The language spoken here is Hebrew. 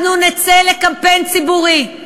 אנחנו נצא לקמפיין ציבורי,